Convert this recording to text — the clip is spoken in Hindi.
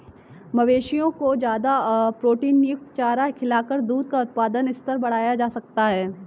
मवेशियों को ज्यादा प्रोटीनयुक्त चारा खिलाकर दूध का उत्पादन स्तर बढ़ाया जा सकता है